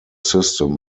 system